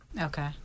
Okay